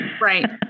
Right